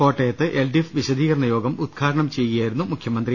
കോട്ടയത്ത് L D F വിശദീകരണയോഗം ഉദ്ഘാടനം ചെയ്യുകയായി രുന്നു മുഖ്യമന്ത്രി